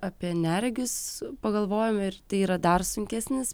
apie neregius pagalvojom ir tai yra dar sunkesnis